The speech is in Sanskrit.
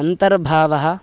अन्तर्भावः